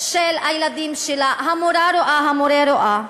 של הילדים שלה, המורָה רואה, המורֶה רואה.